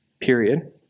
period